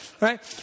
Right